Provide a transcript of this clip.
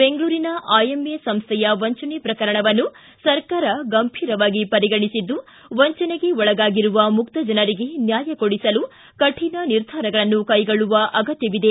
ಬೆಂಗಳೂರಿನ ಐಎಂಎ ಸಂಸ್ಥೆಯ ವಂಚನೆ ಪ್ರಕರಣವನ್ನು ಸರ್ಕಾರ ಗಂಭೀರವಾಗಿ ಪರಿಗಣಿಸಿದ್ದು ವಂಚನೆಗೆ ಒಳಗಾಗಿರುವ ಮುಗ್ಧ ಜನರಿಗೆ ನ್ಕಾಯ ಕೊಡಿಸಲು ಕಠಿಣ ನಿರ್ಧಾರಗಳನ್ನು ಕೈಗೊಳ್ಳುವ ಅಗತ್ತವಿದೆ